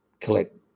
collect